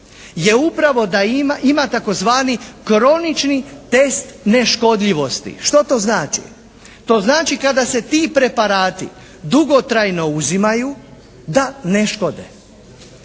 je upravo da ima tzv. kronični test neškodljivosti. Što to znači? To znači kada se ti preparati dugotrajno uzimaju da ne škode.